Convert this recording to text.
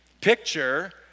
picture